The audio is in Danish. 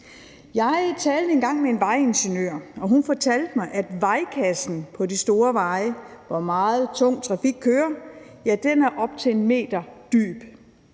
Jeg talte engang med en vejingeniør, og hun fortalte mig, at vejkassen på de store veje, hvor der kører meget tung trafik, er op til 1 m dyb.